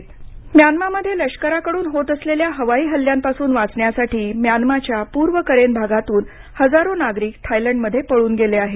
Myanmar Myanmar मध्ये लष्कराकडून होत असलेल्या हवाई हल्ल्यांपासून वाचण्यासाठी म्यानमाच्या पूर्व करेन भागातून हजारो नागरिक थायलंडमध्ये पळून गेले आहेत